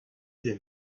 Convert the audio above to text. den